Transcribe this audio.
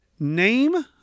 Name